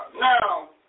Now